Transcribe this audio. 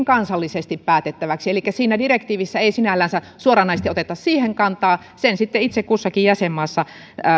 kansallisesti päätettäviksi elikkä siinä direktiivissä ei sinällänsä suoranaisesti oteta siihen kantaa sen sitten itse kussakin jäsenmaassa